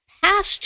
past